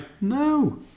No